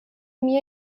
mir